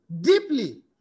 deeply